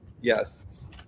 Yes